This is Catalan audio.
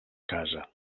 casa